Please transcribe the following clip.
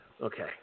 Okay